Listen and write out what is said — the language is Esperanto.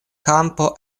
kampo